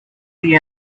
the